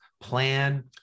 plan